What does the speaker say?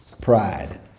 Pride